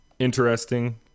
interesting